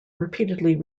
repeatedly